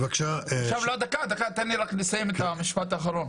תן לי רק לסיים את המשפט האחרון.